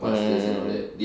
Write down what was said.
mm mm mm mm